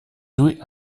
joué